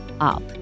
up